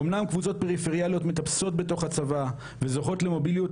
אמנם קבוצות פריפריאליות מטפסות בתוך הצבא וזוכות למוביליות,